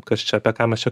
kas čia apie ką mes čia